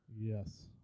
Yes